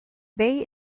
bay